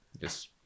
Yes